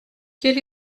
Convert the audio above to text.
quel